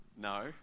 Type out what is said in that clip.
no